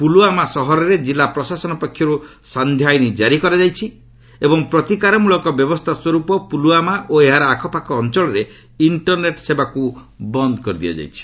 ପ୍ରଲ୍ୱାମା ସହରରେ ଜିଲ୍ଲା ପ୍ରଶାସନ ପକ୍ଷରୁ ସାନ୍ଧ୍ୟ ଆଇନ୍ କାରି କରାଯାଇଛି ଏବଂ ପ୍ରତିକାରମଳକ ବ୍ୟବସ୍ଥା ସ୍ୱରୂପ ପୁଲ୍ୱାମା ଓ ଏହାର ଆଖପାଖ ଅଞ୍ଚଳରେ ଇଷ୍ଟରନେଟ୍ ସେବାକୁ ବନ୍ଦ୍ କରାଯାଇଛି